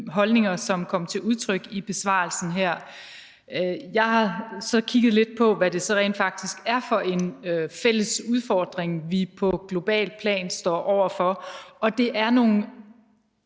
holdninger, som kom til udtryk i besvarelsen her. Jeg har så kigget lidt på, hvad det rent faktisk er for en fælles udfordring, vi på globalt plan står over for, og det er nogle